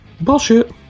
Bullshit